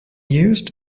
used